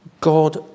God